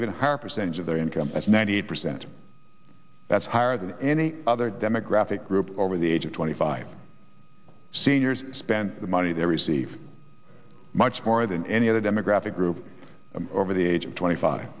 even higher percentage of their income at ninety eight percent that's higher than any other demographic group over the age of twenty five seniors spend the money they receive much more than any other demographic group over the age of twenty five